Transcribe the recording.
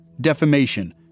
defamation